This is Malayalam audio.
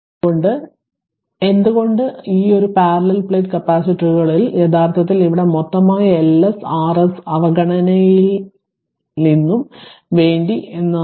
അതുകൊണ്ട് എന്തുകൊണ്ട് ഈ ഒരു പാരലൽ പ്ലേറ്റ് കപ്പാസിറ്റർ ളിൽ യഥാർത്ഥത്തിൽ ഇവിടെ മൊത്തമായി Ls Rs അവഗണനയില്നിന്നും വേണ്ടിഎന്നതാണ്